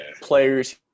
players